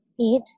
eat